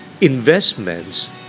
investments